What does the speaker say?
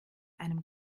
einem